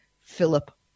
Philip